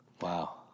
Wow